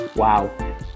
Wow